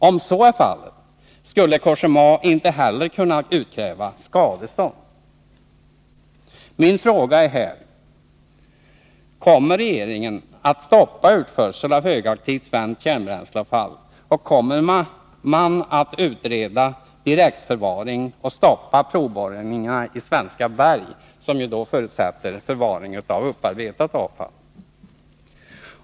Om så är fallet skulle Cogéma inte heller kunna utkräva skadestånd. Min andra fråga är: Kommer regeringen att stoppa utförseln av högaktivt svenskt kärnbränsleavfall, och kommer man att utreda frågan om direktförvaring och stoppa provborrningarna i svenska berg, som ju förutsätter förvaring av upparbetat avfall?